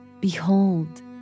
Behold